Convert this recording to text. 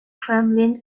kremlin